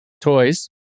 toys